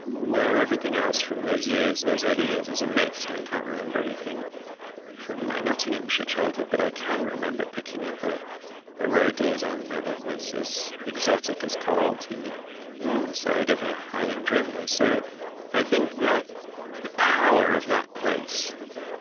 where everything else from those years, those early years, is a mist i can't remember anything from my nottinghamshire childhood, but i can remember picking up ah a roe deer's antler that was as exotic as coral, to me, on the side of a highland river. so i think the power of that place,